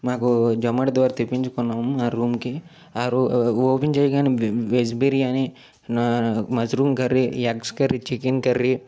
మాకు జొమాటో ద్వారా తెప్పించుకున్నాం మా రూమ్కి అ రు ఓపెన్ చేయగానే వేజ్ బిర్యానీ నా mushroom curry eggs curry chicken curry